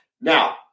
Now